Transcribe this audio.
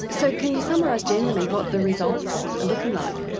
so can you summarise generally what the results are looking like?